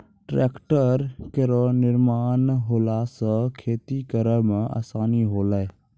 tractor केरो निर्माण होला सँ खेती करै मे आसानी होलै